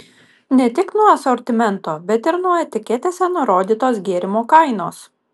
ne tik nuo asortimento bet ir nuo etiketėse nurodytos gėrimo kainos